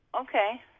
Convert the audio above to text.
Okay